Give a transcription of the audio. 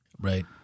right